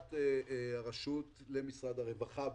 העברת הרשות למשרד הרווחה בזמנו.